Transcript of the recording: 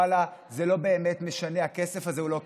ואללה, זה לא באמת משנה, הכסף הזה הוא לא כסף.